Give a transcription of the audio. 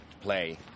play